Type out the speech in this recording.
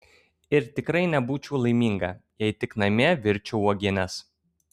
ir tikrai nebūčiau laiminga jei tik namie virčiau uogienes